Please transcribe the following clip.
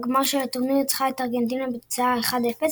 הגמר של הטורניר ניצחה את ארגנטינה בתוצאה 1 - 0,